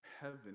heaven